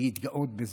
להתגאות בזה,